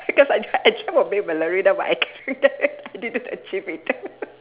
because I tried I throw away ballerina but I ca~ I didn't achieve it